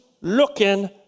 looking